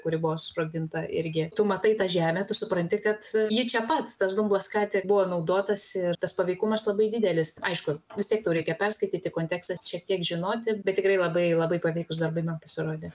kuri buvo susprogdinta irgi tu matai tą žemę tu supranti kad ji čia pats tas dumblas ką tik buvo naudotasi ir tas paveikumas labai didelis aišku vis tiek reikia perskaityti kontekstą šiek tiek žinoti bet tikrai labai labai paveikūs darbai man pasirodė